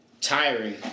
tiring